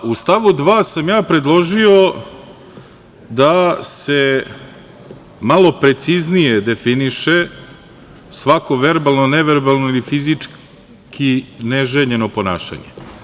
U stavu 2. sam predložio da se malo preciznije definiše svako verbalno, neverbalno ili fizički neželjeno ponašanje.